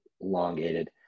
elongated